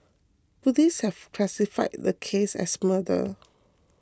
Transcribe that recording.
police have classified the case as murder